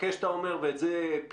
שנאמר כאן על ידי התאחדות התעשיינים,